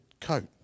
coat